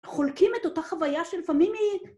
חולקים את אותה חוויה שלפעמים היא...